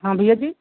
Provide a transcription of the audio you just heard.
हाँ भैया जी